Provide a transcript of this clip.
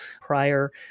prior